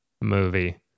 movie